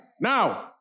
Now